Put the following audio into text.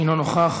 אינו נוכח.